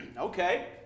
Okay